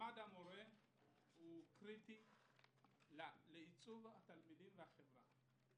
מעמד המורה הוא קריטי לעיצוב התלמידים והחברה.